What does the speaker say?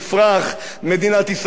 מדינת ישראל תפרח,